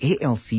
ALC